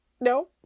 No